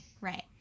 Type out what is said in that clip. Right